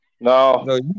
No